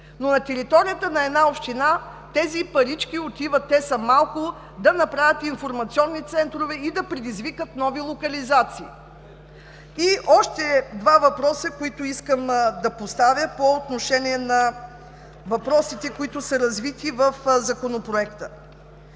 Но на територията на една община тези парички отиват, те са малко, да направят информационни центрове и да предизвикат нови локализации. Още два въпроса, които искам да поставя по отношение на въпросите, които са развити в Законопроекта.